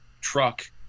truck